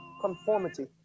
conformity